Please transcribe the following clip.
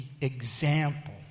example